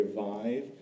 revive